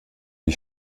die